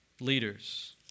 leaders